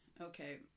okay